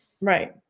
Right